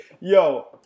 Yo